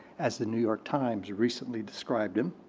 as the new york times recently described him,